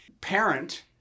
parent